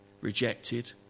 rejected